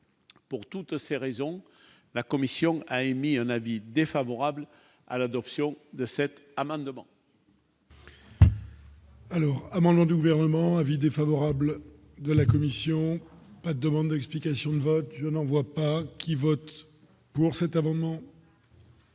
pour toutes ces raisons, la commission a émis un avis défavorable à l'adoption de cet amendement. Alors, amendement du gouvernement : avis défavorable de la commission pas demande d'explications de vote, je n'en vois pas qui vote pour cet amendement.